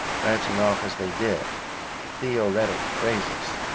branching off as they did into theoretic phrases,